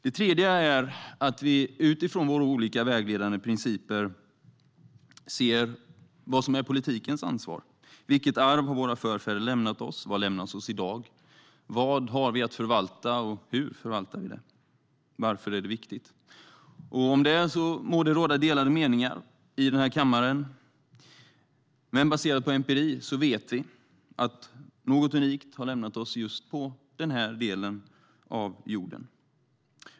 Det tredje är att vi utifrån våra olika vägledande principer ser vad som är politikens ansvar. Vilket arv har våra förfäder lämnat oss, vad lämnas oss i dag, vad har vi att förvalta och hur förvaltar vi det? Varför är det viktigt? Om det må det råda delade meningar i denna kammare. Men baserat på empiri vet vi att något unikt har lämnats åt oss på just den här delen av jorden.